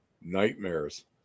Nightmares